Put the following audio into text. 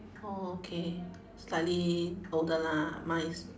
oh okay slightly older lah mine is